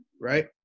right